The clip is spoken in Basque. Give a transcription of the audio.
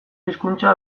hizkuntza